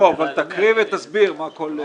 אבל תקריא ותסביר מה כל דבר.